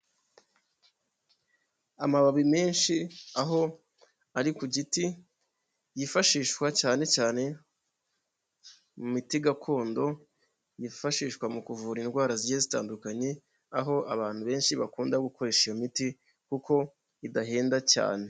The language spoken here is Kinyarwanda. Amababi menshi aho ari ku giti yifashishwa cyane cyane mu miti gakondo, yifashishwa mu kuvura indwara zigiye zitandukanye, aho abantu benshi bakunda gukoresha iyo miti kuko idahenda cyane.